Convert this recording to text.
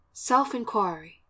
Self-Inquiry